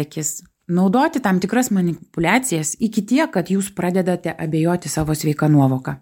akis naudoti tam tikras manipuliacijas iki tiek kad jūs pradedate abejoti savo sveika nuovoka